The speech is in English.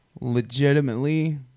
legitimately